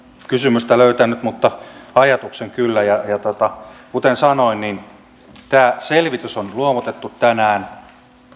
kysymystä löytänyt mutta ajatuksen kyllä ja kuten sanoin tämä selvitys on luovutettu tänään